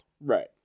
Right